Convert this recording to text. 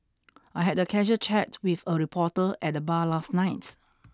I had a casual chat with a reporter at the bar last night